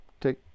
take